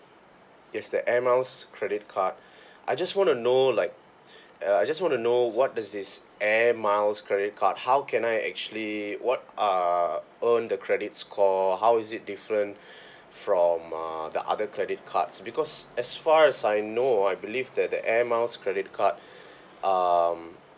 yes the airmiles credit card I just want to know like uh I just want to know what does this airmiles credit card how can I actually what are earn the credits call how is it different from uh the other credit cards because as far as I know I believe that the airmiles credit card um